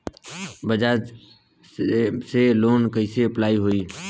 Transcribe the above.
बजाज से लोन कईसे अप्लाई होई?